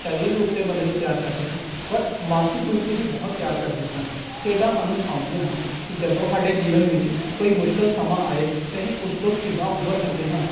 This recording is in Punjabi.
ਸਰੀਰ ਰੂਪ 'ਤੇ ਬੰਦੇ ਨੂੰ ਤਿਆਰ ਕਰਦੀਆਂ ਹਨ ਮਾਨਸਿਕ ਰੂਪ 'ਤੇ ਵੀ ਬਹੁਤ ਤਿਆਰ ਕਰਦੀਆਂ ਹਨ ਖੇਡਾਂ ਸਾਨੂੰ ਸਿਖਾਉਂਦੀਆਂ ਹਨ ਕਿ ਜਦੋਂ ਸਾਡੇ ਜੀਵਨ ਵਿੱਚ ਕੋਈ ਮੁਸ਼ਕਲ ਸਮਾਂ ਆਏ ਤਾਂ ਅਸੀਂ ਉਸ ਤੋਂ ਕਿੱਦਾਂ ਉੱਭਰ ਸਕਦੇ ਹਾਂ